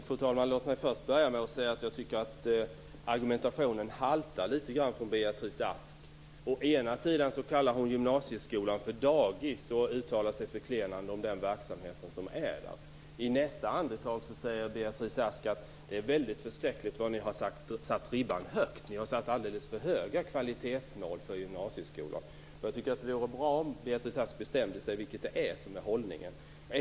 Fru talman! Jag tycker att Beatrice Asks argumentation haltar litet grand. Å ena sidan kallar hon gymnasieskolan för dagis och uttalar sig förklenande om den verksamheten. I nästa andetag säger Beatrice Ask: Det är förskräckligt vad högt ni har satt ribban. Ni har satt upp alldeles för höga kvalitetsmål för gymnasieskolan. Jag tycker att det vore bra om Beatrice Ask kunde bestämma sig för vad som är hållningen här.